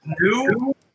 new